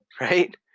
right